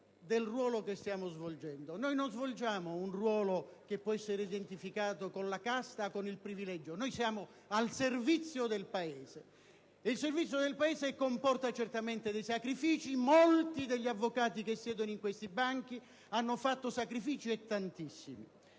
del ruolo che stiamo ricoprendo. Noi non svolgiamo un ruolo che può essere identificato con la «casta» e con il privilegio; noi siamo al servizio del Paese, cosa che comporta certamente dei sacrifici, e molti degli avvocati che siedono in questi banchi hanno fatto tantissimi